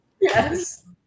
Yes